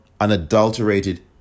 unadulterated